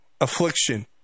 affliction